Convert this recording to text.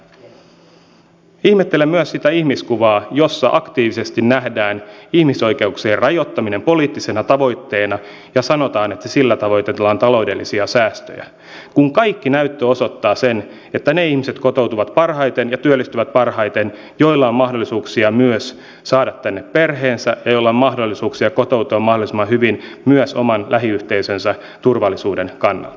ihmettelen myös sitä ihmiskuvaa jossa aktiivisesti nähdään ihmisoikeuksien rajoittaminen poliittisena tavoitteena ja sanotaan että sillä tavoitellaan taloudellisia säästöjä kun kaikki näyttö osoittaa sen että parhaiten kotoutuvat ja työllistyvät ne ihmiset joilla on mahdollisuuksia myös saada tänne perheensä ja mahdollisuuksia kotoutua mahdollisimman hyvin myös oman lähiyhteisönsä turvallisuuden kannalta